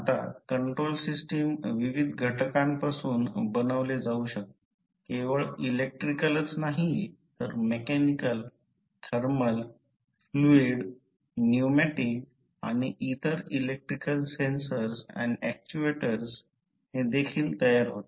आता control system विविध घटकांपासून बनवले जाऊ शकते केवळ इलेक्ट्रिकलच नाही तर मेकॅनिकल थर्मल फ्लुइड न्यूमेटिक आणि इतर इलेक्ट्रिकल सेन्सर आणि ऍक्चुएटर्स ने देखील तयार होते